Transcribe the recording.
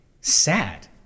sad